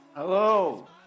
Hello